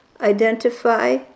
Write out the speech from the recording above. identify